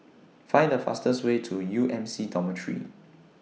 Find The fastest Way to U M C Dormitory